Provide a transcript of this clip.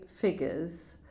figures